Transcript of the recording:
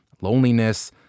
loneliness